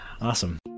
Awesome